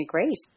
Great